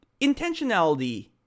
intentionality